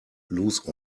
lose